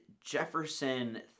Jefferson